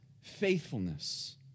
faithfulness